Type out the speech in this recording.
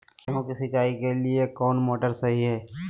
गेंहू के सिंचाई के लिए कौन मोटर शाही हाय?